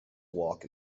walk